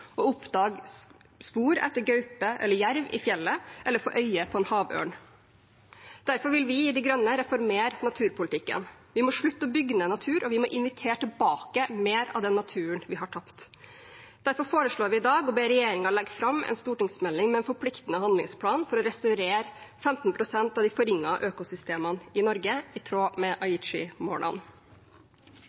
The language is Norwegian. spor etter gaupe eller jerv i fjellet eller få øye på en havørn. Derfor vil vi i De Grønne reformere naturpolitikken. Vi må slutte å bygge ned natur, og vi må invitere tilbake mer av den naturen vi har tapt. Derfor foreslår vi i dag å be regjeringen legge fram en stortingsmelding med en forpliktende handlingsplan for å restaurere 15 pst. av de forringede økosystemene i Norge, i tråd med